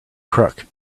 crook